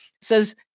says